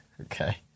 okay